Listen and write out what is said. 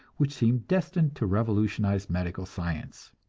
which seem destined to revolutionize medical science.